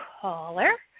caller